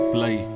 Play